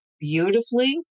beautifully